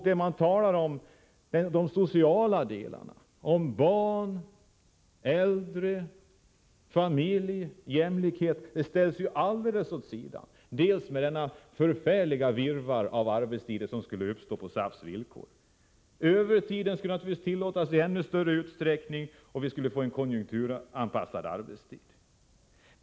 De sociala delarna — om barn, äldre, familj, jämlikhet — ställs ju alldeles åt sidan genom detta förfärliga virrvarr av arbetstider som skulle uppstå på SAF:s villkor. Övertid skulle naturligtvis tillåtas i ännu större utsträckning, och vi skulle få en konjunkturanpassad arbetstid.